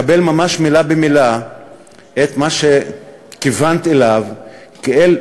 מקבל ממש מילה במילה את מה שכיוונת אליו כאל,